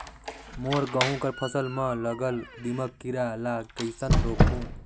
मोर गहूं कर फसल म लगल दीमक कीरा ला कइसन रोकहू?